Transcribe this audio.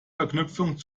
verknüpfung